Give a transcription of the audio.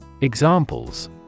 Examples